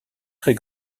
très